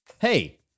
Hey